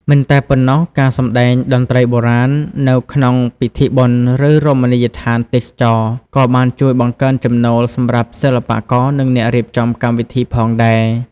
មិនតែប៉ុណ្ណោះ ការសម្តែងតន្ត្រីបុរាណនៅក្នុងពិធីបុណ្យ ឬរមណីយដ្ឋានទេសចរណ៍ ក៏បានជួយបង្កើនចំណូល សម្រាប់សិល្បករ និងអ្នករៀបចំកម្មវិធីផងដែរ។